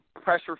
pressure